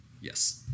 Yes